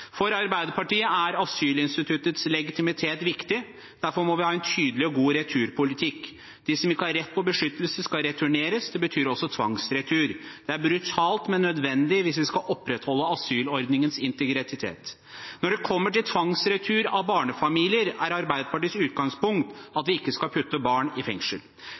For Arbeiderpartiet er asylinstituttets legitimitet viktig. Derfor må vi ha en tydelig og god returpolitikk. De som ikke har rett på beskyttelse, skal returneres. Det betyr også tvangsretur. Det er brutalt, men nødvendig hvis vi skal opprettholde asylordningens integritet. Når det kommer til tvangsretur av barnefamilier, er Arbeiderpartiets utgangspunkt at vi ikke skal putte barn i fengsel.